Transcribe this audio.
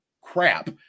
crap